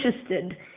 interested